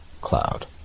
cloud